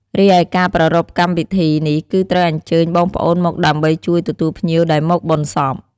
រីឯការប្រារព្ធកម្មវិធីនេះគឺត្រូវអញ្ជើញបងប្អូនមកដើម្បីជួយទទួលភ្ញៀវដែលមកបុណ្យសព។